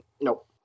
Nope